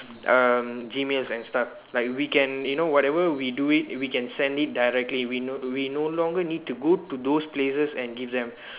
um Gmails and stuff like we can you know whatever we do it we can send it directly we no we no longer need to go to those places and give them